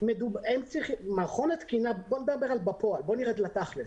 נרד לתכלס.